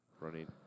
running